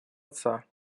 отца